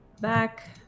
back